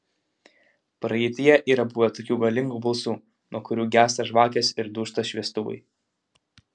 praeityje yra buvę tokių galingų balsų nuo kurių gęsta žvakės ir dūžta šviestuvai